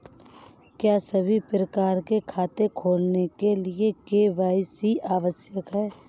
क्या सभी प्रकार के खाते खोलने के लिए के.वाई.सी आवश्यक है?